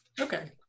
okay